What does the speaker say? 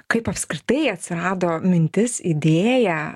kaip apskritai atsirado mintis idėja